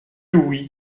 oui